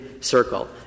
circle